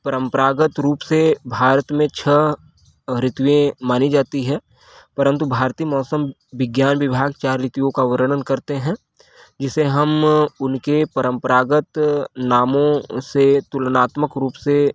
परम्परागत रूप से भारत में छः ऋतुएँ मानी जाती है परंतु भारतीय मौसम विज्ञान विभाग चार ऋतुओं का वर्णन करते हैं जिसे हम उनके परम्परागत नामों से तुलनात्मक रूप से